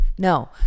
No